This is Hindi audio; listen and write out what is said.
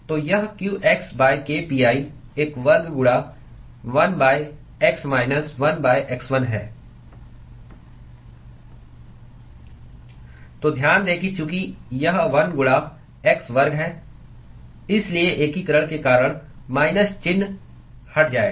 तो यह qx k pi एक वर्ग गुणा 1 x माइनस 1 x 1 है तो ध्यान दें कि चूंकि यह 1 गुणा x वर्ग है इसलिए एकीकरण के कारण माइनस चिह्न हट जाएगा